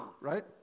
right